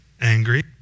angry